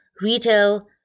retail